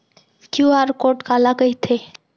QR code काला कहिथे?